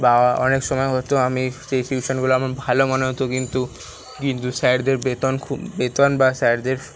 বা অনেক সময় হত আমি যে টিউশনগুলো আমার ভালো মনে হত কিন্তু কিন্তু স্যারদের বেতন খুব বেতন বা স্যারদের